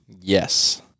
yes